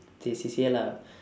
this C_C_A lah